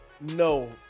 no